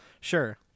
Sure